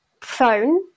phone